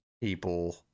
people